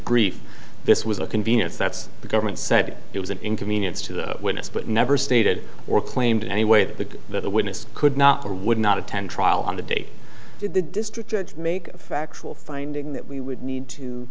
grief this was a convenient that's the government said it was an inconvenience to the witness but never stated or claimed in any way that the that the witness could not or would not attend trial on the day the district judge make a factual finding that we would need to